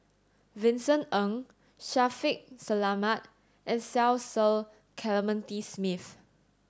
Vincent Ng Shaffiq Selamat and Cecil Clementi Smith